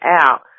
out